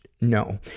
No